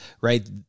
right